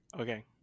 Okay